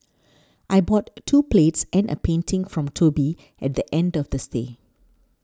I bought two plates and a painting from Toby at the end of the stay